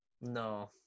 No